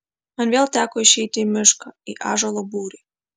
man vėl teko išeiti į mišką į ąžuolo būrį